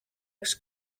üks